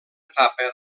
etapa